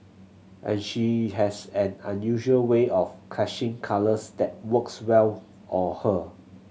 and she has an unusual way of clashing colours that works well on her